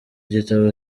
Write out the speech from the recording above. gitabo